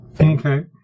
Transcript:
Okay